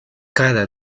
cada